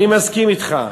אני מסכים אתך.